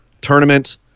Tournament